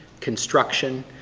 construction,